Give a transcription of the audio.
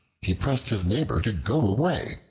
he pressed his neighbor to go away.